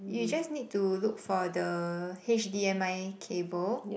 you just need to look for the H_D_M_I cable